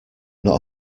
not